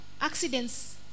accidents